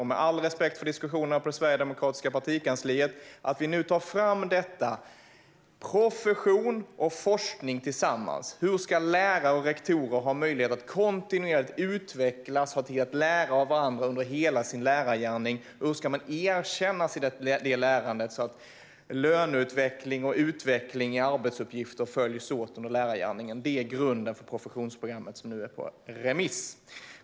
Med all respekt för diskussionerna i det sverigedemokratiska partikansliet vill jag säga att vi nu tar fram detta program tillsammans med profession och forskning. Professionsprogrammet ger möjlighet för lärare och rektorer att kontinuerligt utvecklas och lära av varandra under hela deras lärargärning, och de ska erkännas för lärandet så att löneutveckling och utveckling i arbetsuppgifter följs åt under lärargärningen. Det är grunden för professionsprogrammet, som nu är ute på remiss.